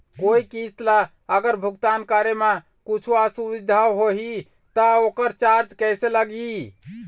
कोई किस्त ला अगर भुगतान करे म कुछू असुविधा होही त ओकर चार्ज कैसे लगी?